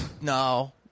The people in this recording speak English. No